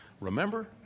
Remember